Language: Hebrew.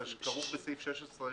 שכרוך בסעיף 16,